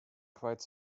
quite